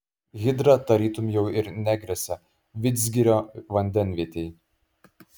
hidra tarytum jau ir negresia vidzgirio vandenvietei